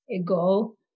ago